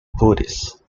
buddhist